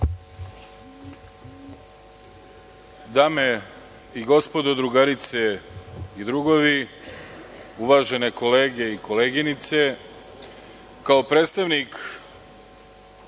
Dame i gospodo, drugarice i drugovi, uvažene kolege i koleginice, kao predstavnik